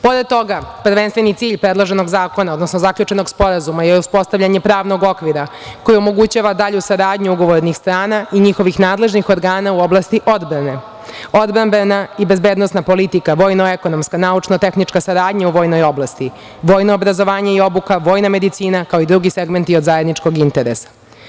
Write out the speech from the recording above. Pored toga, prvenstveni cilj predloženog zakona, odnosno zaključenog sporazuma je uspostavljanje pravnog okvira koji omogućava dalju saradnju ugovornih strana i njihovih nadležnih organa u oblasti odbrane, odbrambena i bezbednosna politika, vojno-ekonomsko, naučno-tehnička saradnja u vojnoj oblasti, vojno obrazovanje i obuka, vojna medicina, kao drugi segmenti od zajedničkog interesa.